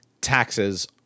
taxes